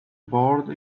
board